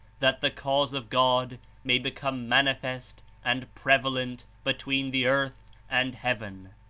that the cause of god may become manifest and prevalent between the earth and heaven.